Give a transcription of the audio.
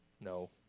no